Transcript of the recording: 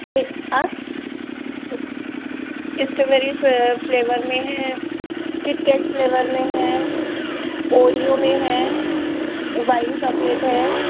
मी आ स्ट्रॉबेरी फे फ्लेवर में है किटकेट फ्लेवर में है ओरियो में है और वाइन चॉकलेट है